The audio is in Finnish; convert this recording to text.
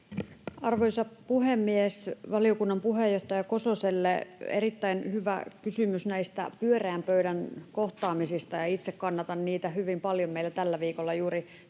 Arvoisa puhemies! Valiokunnan puheenjohtaja Kososelle: Erittäin hyvä kysymys näistä pyöreän pöydän kohtaamisista, ja itse kannatan niitä hyvin paljon. Tällä viikolla juuri